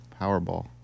Powerball